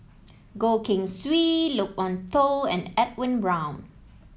Goh Keng Swee Loke Wan Tho and Edwin Brown